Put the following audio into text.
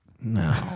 No